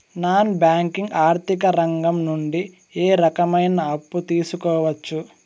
Non banking ఆర్థిక రంగం నుండి ఏ రకమైన అప్పు తీసుకోవచ్చు?